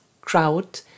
crowd